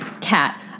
Cat